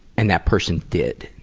and that person did.